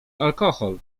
alkohol